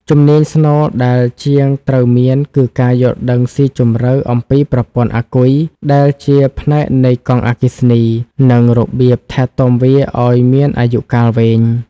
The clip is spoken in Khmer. ជំនាញស្នូលដែលជាងត្រូវមានគឺការយល់ដឹងស៊ីជម្រៅអំពីប្រព័ន្ធអាគុយ ដែលជាផ្នែកនៃកង់អគ្គិសនី និងរបៀបថែទាំវាឱ្យមានអាយុកាលវែង។